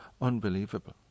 unbelievable